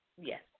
yes